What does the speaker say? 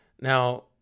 Now